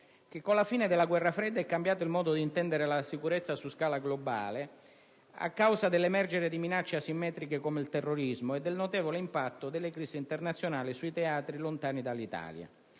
che con la fine della Guerra fredda è cambiato il modo di intendere la sicurezza su scala globale a causa dell'emergere di minacce asimmetriche come il terrorismo e del notevole impatto delle crisi internazionali su teatri lontani dall'Italia.